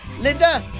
Linda